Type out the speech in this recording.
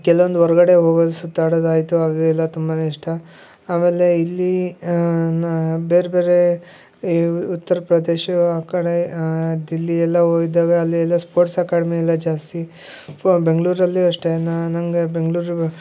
ಕೆಲವೊಂದು ಹೊರ್ಗಡೆ ಹೋಗೋದು ಸುತ್ತಾಡೋದಾಯಿತು ಹಾಗೆ ಎಲ್ಲಾ ತುಂಬಾನೇ ಇಷ್ಟ ಆಮೇಲೆ ಇಲ್ಲಿ ನಾ ಬೇರೆ ಬೇರೆ ಈ ಉತ್ತರಪ್ರದೇಶ ಆ ಕಡೆ ದಿಲ್ಲಿಯೆಲ್ಲ ಹೋಗಿದ್ದಾಗ ಅಲ್ಲಿ ಎಲ್ಲ ಸ್ಪೋರ್ಟ್ಸ್ ಎಕಾಡಮಿ ಎಲ್ಲ ಜಾಸ್ತಿ ಫ್ ಬೆಂಗಳೂರಲ್ಲಿ ಅಷ್ಟೇ ನನಗೆ ಬೆಂಗಳೂರು